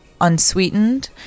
unsweetened